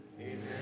Amen